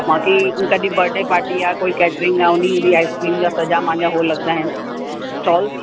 त बाक़ी कॾहि बडे पार्टी आहे कोई कैटिरिंग आहे हुन में बि आइस्क्रीम जा सॼा मांजा उहो लॻंदा आहिनि स्टॉल